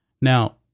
Now